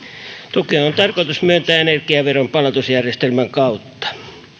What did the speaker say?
tukea on tarkoitus myöntää energiaveron palautusjärjestelmän kautta